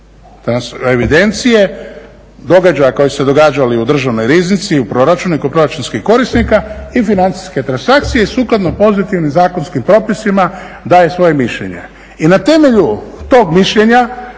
evidencije događaja koji su se događali u Državnoj riznici u proračunu kod proračunskih korisnika i financijske transakcije i sukladno pozitivnim zakonskim propisima daje svoje mišljenje. I na temelju tog mišljenja